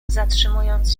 zatrzymując